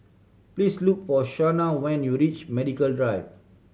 please look for Shawnna when you reach Medical Drive